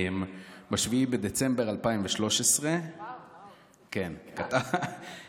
ב-7 בדצמבר 2013 כתבת דברים.